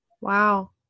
wow